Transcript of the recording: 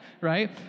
right